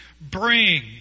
Bring